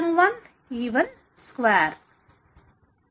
v11v2 v12v2v122v24v22v2v1210v1v2 v12v2v12104v22v2v1210v1 10v1EI2v11EI2